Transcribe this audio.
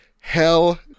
Hell